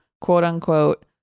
quote-unquote